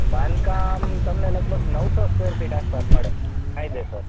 બાંધકામ લગભગ તમને નવસો સ્ક્વેર ફીટ આસપાસ મળે કાયદેસર